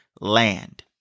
land